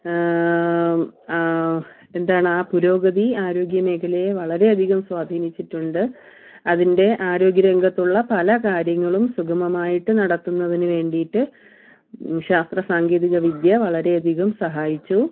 എന്താണ് ആ പുരോഗതി ആരോഗ്യമേഖലയെ വളരെയധികം സ്വാധീനിച്ചിട്ടുണ്ട് അതിൻ്റെ ആരോഗ്യരംഗത്തുള്ള പല കാര്യങ്ങളും സുഗമമായിട്ട് നടത്തുന്നതിന് വേണ്ടീട്ട് ശാസ്ത്രസാങ്കേതികവിദ്യ വളരെയധികം സഹായിച്ചു